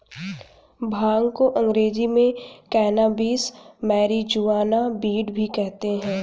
भांग को अंग्रेज़ी में कैनाबीस, मैरिजुआना, वीड भी कहते हैं